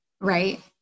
right